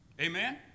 Amen